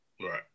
Right